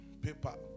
paper